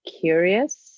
curious